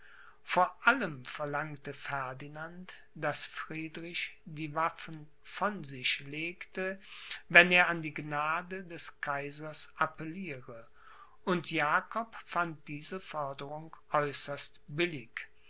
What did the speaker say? vor allem verlangte ferdinand daß friedrich die waffen von sich legte wenn er an die gnade des kaisers appelliere und jakob fand diese forderung äußerst billig